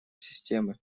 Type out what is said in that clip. системы